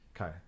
okay